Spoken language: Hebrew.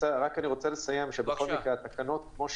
אני רק רוצה לסיים שבכל מקרה התקנות כמו שהן,